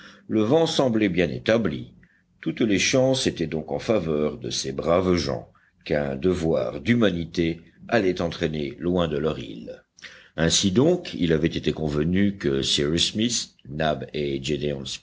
le vent semblait bien établi toutes les chances étaient donc en faveur de ces braves gens qu'un devoir d'humanité allait entraîner loin de leur île ainsi donc il avait été convenu que